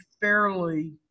fairly